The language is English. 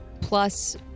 plus